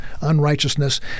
unrighteousness